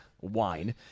wine